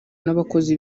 n’abakozi